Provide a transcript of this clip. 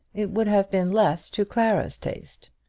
it would have been less to clara's taste.